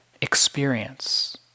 experience